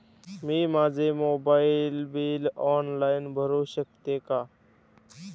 मी माझे mobile bill online भरू शकते का?